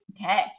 Okay